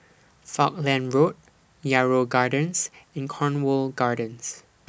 Falkland Road Yarrow Gardens and Cornwall Gardens